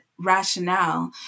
rationale